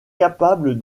capable